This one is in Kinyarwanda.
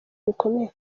bikomeye